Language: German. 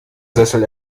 sessel